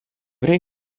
время